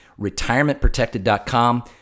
Retirementprotected.com